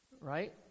right